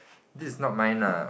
this is not mine lah